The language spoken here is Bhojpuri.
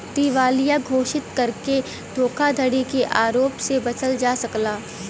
दिवालिया घोषित करके धोखाधड़ी के आरोप से बचल जा सकला